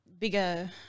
Bigger